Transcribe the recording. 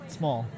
small